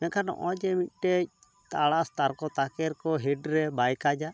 ᱵᱟᱠᱷᱟᱱ ᱱᱚᱜᱼᱚᱭ ᱡᱮ ᱢᱤᱫᱴᱮᱡ ᱛᱟᱲᱟᱥ ᱛᱟᱨᱠᱚ ᱛᱟᱠᱮᱨ ᱠᱚ ᱦᱮᱰᱯᱷᱳᱱ ᱨᱮ ᱵᱟᱭ ᱠᱟᱡᱽᱼᱟ